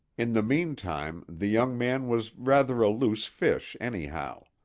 in the meantime the young man was rather a loose fish, anyhow.